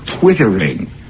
twittering